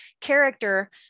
character